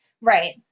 Right